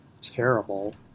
terrible